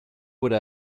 would